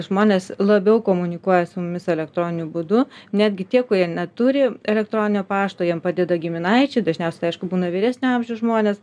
žmonės labiau komunikuoja su mumis elektroniniu būdu netgi tie kurie neturi elektroninio pašto jiem padeda giminaičiai dažniausiai tai aišku būna vyresnio amžiaus žmonės